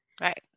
Right